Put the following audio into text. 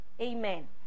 Amen